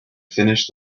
finished